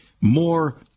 more